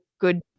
good